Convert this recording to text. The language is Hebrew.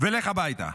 ולך הביתה.